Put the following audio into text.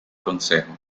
consejo